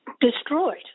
destroyed